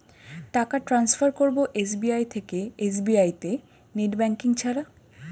টাকা টান্সফার করব এস.বি.আই থেকে এস.বি.আই তে নেট ব্যাঙ্কিং ছাড়া?